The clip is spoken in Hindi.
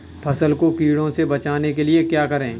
फसल को कीड़ों से बचाने के लिए क्या करें?